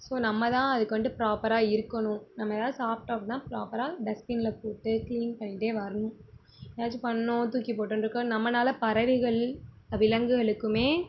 so நம்ம தான் அதுக்கு வந்துட்டு ப்ராப்பராக இருக்கணும் நம்ம ஏதாவது சாப்பிட்டோம் அப்படின்னா ப்ராப்பராக டஸ்ட்பினில் போட்டு க்ளீன் பண்ணிகிட்டே வரணும் ஏதாச்சும் பண்ணிணோம் தூக்கி போட்டோகிட்ருக்கோம் நம்மனால் பறவைகள் விலங்குகளுக்குமே